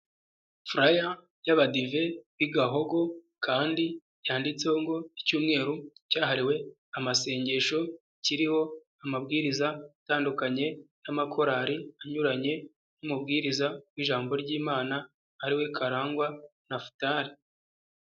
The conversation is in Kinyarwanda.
Furaya y'abadive b'i Gahogo kandi yanditseho ngo icyumweru cyahariwe amasengesho kiriho amabwiriza atandukanye n'amakorali anyuranye n'umubwiriza w'ijambo ry'imana ari we karangwa nafutal.